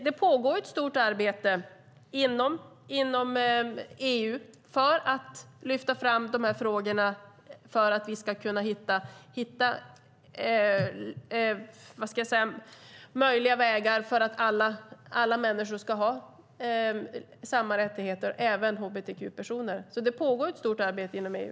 Det pågår ett stort arbete inom EU för att lyfta fram de här frågorna för att vi ska kunna hitta möjliga vägar för att alla människor ska ha samma rättigheter, även hbtq-personer. Det pågår alltså ett arbete inom EU.